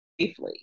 safely